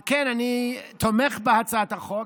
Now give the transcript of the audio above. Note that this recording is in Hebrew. על כן אני תומך בהצעת החוק.